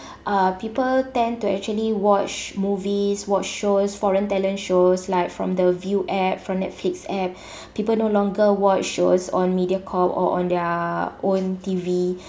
uh people tend to actually watch movies watch shows foreign talent shows like from the viu app from Netflix app people no longer watch shows on Mediacorp or on their own T_V